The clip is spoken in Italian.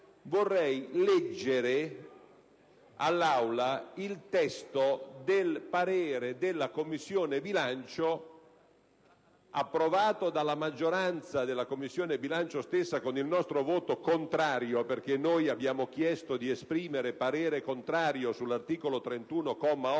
vorrei leggere all'Aula il testo del parere della Commissione bilancio, approvato dalla maggioranza della Commissione bilancio stessa con il nostro voto contrario, perché abbiamo chiesto di esprimere parere contrario sull'articolo 31,